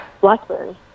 blackberry